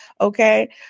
okay